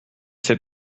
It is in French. fait